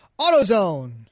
AutoZone